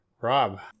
Rob